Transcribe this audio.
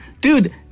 dude